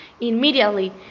immediately